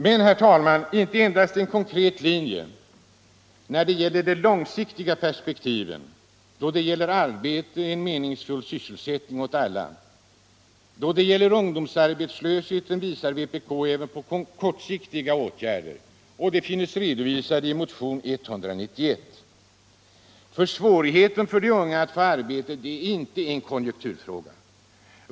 Mcn, herr talman, vpk har inte endast en konkret linje då det gäller de långsiktiga perspektiven, då det gäller arbete - en meningsfull sysselsättning — åt alla. Då det gäller ungdomsarbetslösheten visar vpk även på kortsiktiga åtgärder. De finns redovisade i motionen 191. Svårigheterna för de unga att få arbete är inte en konjunkturfråga.